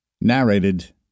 Narrated